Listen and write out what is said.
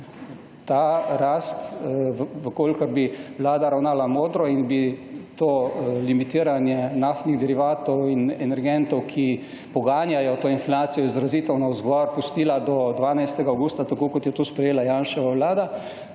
Ta rast, v kolikor bi Vlada ravnala modro in bi to limitiranje naftnih derivatov in energentov, ki poganjajo to inflacijo izrazito navzgor, pustila do 12. avgusta, tako kot je to sprejela Janševa Vlada,